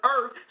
earth